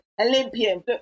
Olympian